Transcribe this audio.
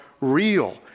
real